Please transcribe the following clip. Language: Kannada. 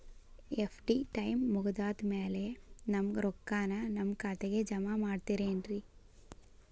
ಎಫ್.ಡಿ ಟೈಮ್ ಮುಗಿದಾದ್ ಮ್ಯಾಲೆ ನಮ್ ರೊಕ್ಕಾನ ನಮ್ ಖಾತೆಗೆ ಜಮಾ ಮಾಡ್ತೇರೆನ್ರಿ?